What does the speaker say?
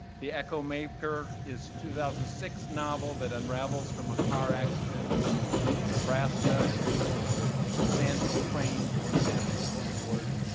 the echo maker, his two thousand and six novel that unravels from a car accident in nebraska and mingles with sandhill cranes, won the national book award.